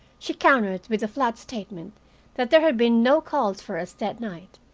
she countered with the flat statement that there had been no call for us that night.